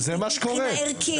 מבחינה ערכית,